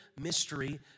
mystery